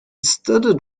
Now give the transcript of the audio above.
studied